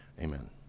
Amen